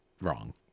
Wrong